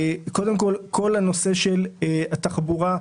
לגבי הנושא של התחבורה,